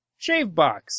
Shavebox